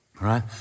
right